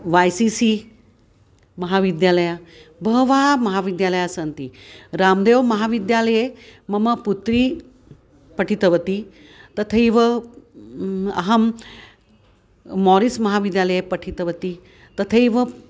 वै सी सि महाविद्यालय बहवः महाविद्यालयाः सन्ति राम्देव् महाविद्यालये मम पुत्री पठितवती तथैव अहं मोरिस् महाविद्यालये पठितवती तथैव